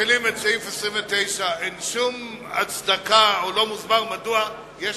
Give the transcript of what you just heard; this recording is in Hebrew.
להחלת סעיף 29. אין שום הצדקה או לא מוסבר מדוע יש